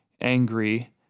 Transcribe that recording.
angry